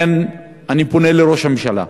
אני פונה לראש הממשלה,